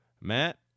Matt